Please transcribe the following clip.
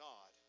God